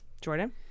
Jordan